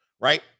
right